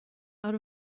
out